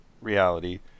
reality